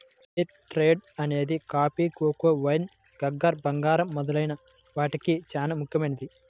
fair trade అనేది coffee, cocoa, wine, sugar, బంగారం మొదలైన వాటికి చానా ముఖ్యమైనది